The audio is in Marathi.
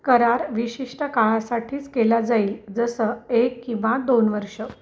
करार विशिष्ट काळासाठीच केला जाईल जसं एक किंवा दोन वर्ष